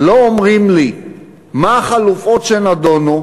לא אומרים לי מה החלופות שנדונו,